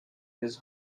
his